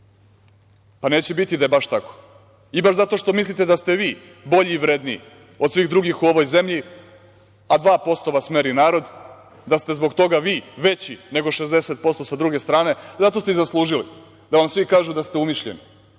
Pa neće biti da je baš tako.I baš zato što mislite da ste vi bolji i vredniji od svih drugih u ovoj zemlji, a 2% vas meri narod, da ste zbog toga vi veći nego 60% sa druge strane, zato ste i zaslužili da vam svi kažu da ste umišljeni.